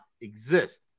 exist